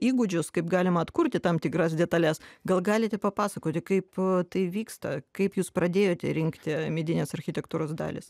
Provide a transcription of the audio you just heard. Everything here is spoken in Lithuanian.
įgūdžius kaip galima atkurti tam tikras detales gal galite papasakoti kaip tai vyksta kaip jūs pradėjote rinkti medinės architektūros dalis